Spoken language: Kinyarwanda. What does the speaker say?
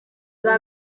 bwa